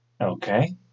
Okay